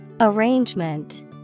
Arrangement